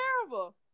terrible